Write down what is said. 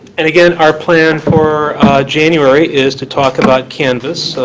and again, our plan for january is to talk about kansas,